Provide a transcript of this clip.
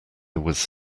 was